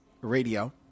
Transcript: radio